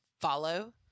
follow